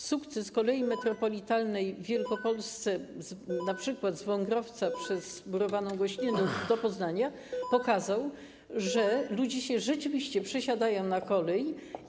Sukces kolei metropolitalnej w Wielkopolsce, np. z Wągrowca przez Murowaną Goślinę do Poznania, pokazał, że ludzie rzeczywiście przesiadają się na kolej.